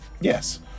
yes